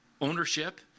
ownership